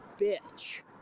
bitch